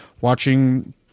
watching